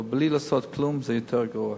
אבל לא לעשות כלום זה יותר גרוע.